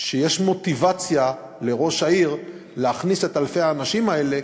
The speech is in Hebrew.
שיש מוטיבציה לראש העיר להכניס את אלפי האנשים האלה,